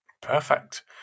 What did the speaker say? Perfect